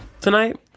tonight